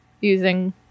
using